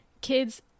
kids